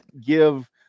give